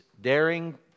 daring